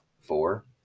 four